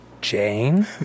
Jane